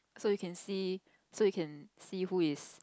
so you can see so you can see who is